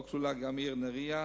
שבה כלולה גם העיר נהרייה,